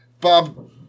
Bob